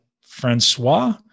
Francois